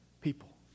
people